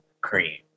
cream